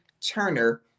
Turner